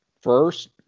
first